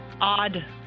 odd